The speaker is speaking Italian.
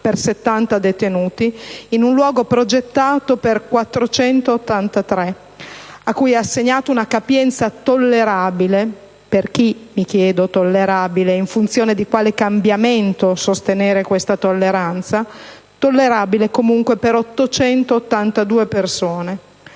per 70 detenuti), in un luogo progettato per 483, a cui è assegnata una capienza "tollerabile" (per chi, mi chiedo, tollerabile? In funzione di quale cambiamento sostenere tale tolleranza?) per 882 persone.